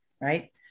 right